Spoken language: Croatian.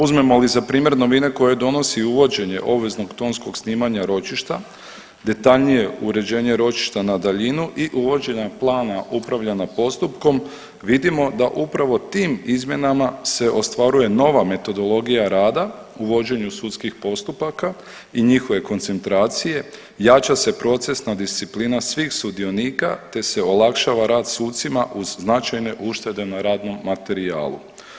Uzmemo li za primjer novine koje donosi uvođenje obveznog tonskog snimanja ročišta, detaljnije uređenje ročišta na daljinu i uvođenje plana upravljanja postupkom vidimo da upravo tim izmjenama se ostvaruje nova metodologija rada u vođenju sudskih postupaka i njihove koncentracije, jača se procesna disciplina svih sudionika te se olakšava rada sucima uz značajne uštede na radnom materijalu.